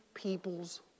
people's